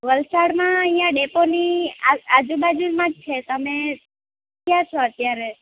વલસાડમાં અહિયાં ડેપોની આ આજુબાજુમાં જ છે તમે ક્યાં છો અત્યારે